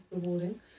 rewarding